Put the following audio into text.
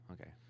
okay